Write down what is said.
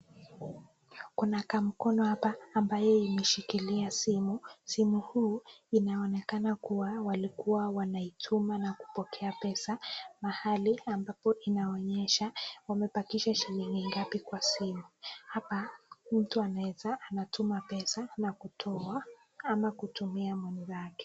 Kuna kamkono hapa ambayo imeshikilia simu. Simu huu inaonekana kuwa walikuwa wanaituma na kupokea pesa mahali ambapo inaonyesha wamebakisha shilingi ngapi kwa simu. Hapa mtu anaeza anatuma pesa na kutoa ama kutumia mwenzake.